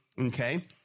Okay